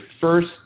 first